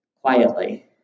quietly